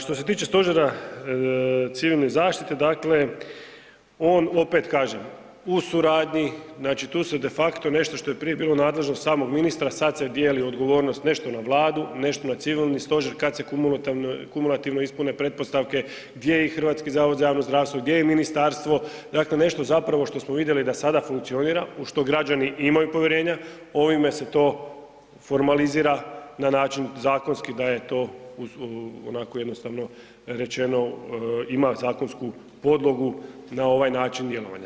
Što se tiče Stožera civilne zaštite, dakle on opet kažem u suradnji znači tu su de facto nešto što je prije bilo nadležnost samog ministra sada se dijeli odgovornost, nešto na Vladu, nešto na Civilni stožer kada se kumulativno ispune pretpostavke gdje je HZJZ, gdje je ministarstvo dakle nešto zapravo što smo vidjeli da sada funkcionira u što građani imaju povjerenja, ovime se to formalizira na način zakonski da je to onako jednostavno rečeno ima zakonsku podlogu na ovaj način djelovanja.